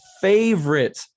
favorite